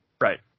Right